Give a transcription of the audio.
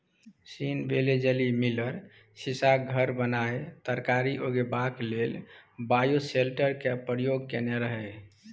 scene बेलेजली Miller सीशाक घर बनाए तरकारी उगेबाक लेल बायोसेल्टर केर प्रयोग केने रहय